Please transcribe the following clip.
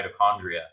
mitochondria